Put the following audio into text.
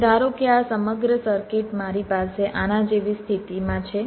હવે ધારો કે આ સમગ્ર સર્કિટ મારી પાસે આના જેવી સ્થિતિમાં છે